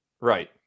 Right